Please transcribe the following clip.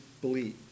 believe